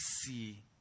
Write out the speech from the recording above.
see